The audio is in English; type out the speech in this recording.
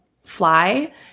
fly